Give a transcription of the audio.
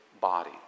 body